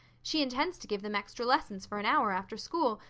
she intends to give them extra lessons for an hour after school.